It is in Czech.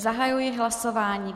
Zahajuji hlasování.